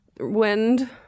Wind